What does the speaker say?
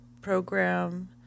program